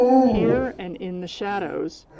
here and in the shadows,